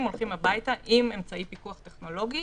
הולכים הביתה עם אמצעי פיקוח טכנולוגי.